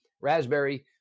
raspberry